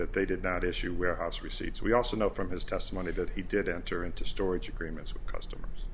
that they did not issue warehouse receipts we also know from his testimony that he did enter into storage agreements with customers